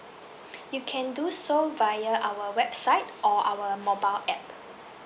you can do so via our website or our mobile app